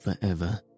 forever